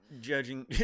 Judging